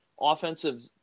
Offensive